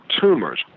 tumors